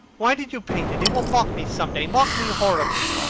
why did you paint it? it will mock me some day mock me horribly!